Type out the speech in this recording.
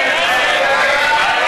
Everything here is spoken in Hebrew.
ההסתייגויות